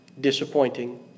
disappointing